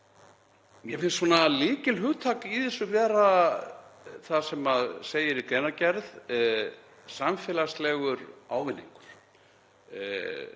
Mér finnst lykilhugtak í þessu vera það sem segir í greinargerð; samfélagslegur ávinningur.